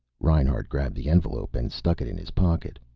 reinhart grabbed the envelope and stuck it in his pocket.